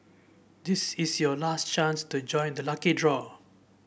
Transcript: this is your last chance to join the lucky draw